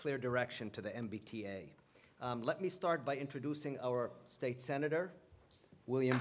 clear direction to the n b a let me start by introducing our state senator william